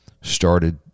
started